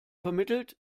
vermittelt